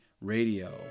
Radio